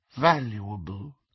valuable